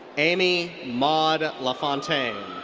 amy maud lafontaine.